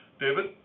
David